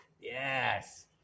yes